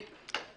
בבקשה.